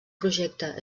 projecte